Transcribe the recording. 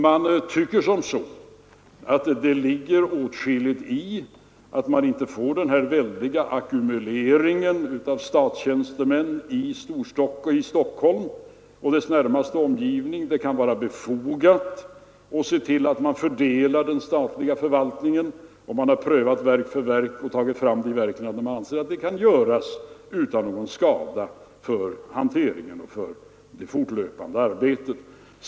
Man tycker som så att det ligger åtskilligt i att vi inte får den väldiga ackumuleringen av statstjänstemän i Stockholm och dess närmaste omgivning. Det kan vara befogat att se till att man fördelar den statliga förvaltningen, och man har ju prövat verk för verk och tagit fram de verk som man anser kan flyttas utan någon skada för hanteringen och det fortlöpande arbetet.